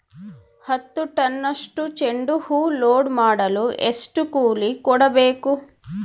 ಹತ್ತು ಟನ್ನಷ್ಟು ಚೆಂಡುಹೂ ಲೋಡ್ ಮಾಡಲು ಎಷ್ಟು ಕೂಲಿ ಕೊಡಬೇಕು?